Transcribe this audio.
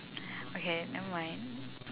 okay never mind